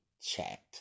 Chat